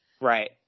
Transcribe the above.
Right